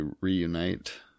reunite